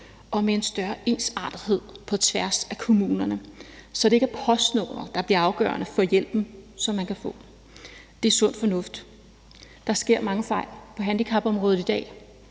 og med en større ensartethed på tværs af kommunerne, så det ikke er postnummeret, der bliver afgørende for hjælpen, som man kan få. Det er sund fornuft. Der sker mange fejl på handicapområdet i dag.